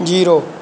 zero